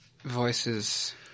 voices